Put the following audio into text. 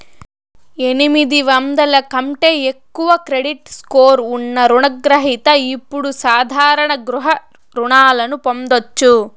ఎనిమిది వందల కంటే ఎక్కువ క్రెడిట్ స్కోర్ ఉన్న రుణ గ్రహిత ఇప్పుడు సాధారణ గృహ రుణాలను పొందొచ్చు